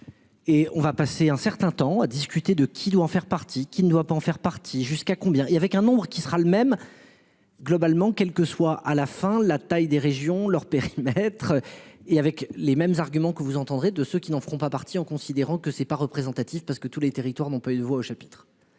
Et on va passer un certain temps à discuter de qui doit en faire partie, qui ne doit pas en faire partie jusqu'à combien il avait qu'un nombre qui sera le même. Globalement, quelle que soit à la fin, la taille des régions leur périmètre. Et avec les mêmes arguments que vous entendrez de ceux qui n'en font pas partie en considérant que c'est pas représentatif parce que tous les territoires non pas une voix au chapitre.